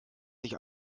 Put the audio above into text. sich